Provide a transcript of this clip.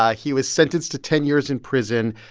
ah he was sentenced to ten years in prison,